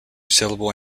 syllable